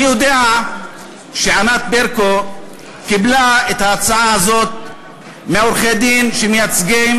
אני יודע שענת ברקו קיבלה את ההצעה הזאת מעורכי-דין שמייצגים